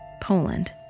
Poland